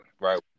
right